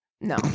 no